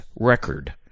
record